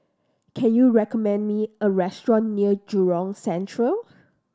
can you recommend me a restaurant near Jurong Central